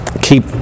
keep